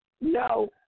No